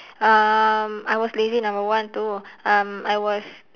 um I was lazy number one two um I was